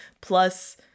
plus